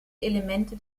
elemente